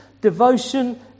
devotion